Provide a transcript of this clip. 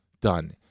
done